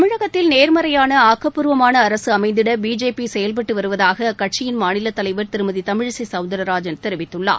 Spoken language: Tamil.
தமிழகத்தில் நேர்மறையான ஆக்கப்பூர்வமான அரசு அமைந்திட பிஜேபி செயல்பட்டு வருவதாக அக்கட்சியின் மாநில தலைவர் திருமதி தமிழிசை சௌந்தரராஜன் தெரிவித்துள்ளார்